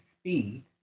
speed